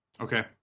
Okay